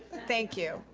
thank you.